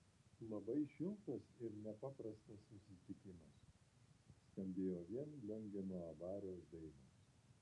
labai šiltas ir nepaprastas susitikimas skambėjo vien liongino abariaus dainos